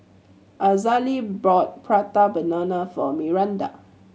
Azalee bought Prata Banana for Miranda